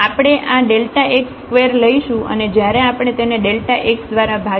તેથી આપણે આ x2 લઈશું અને જયારે આપણે તેને x દ્વારા ભાગીએ